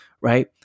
right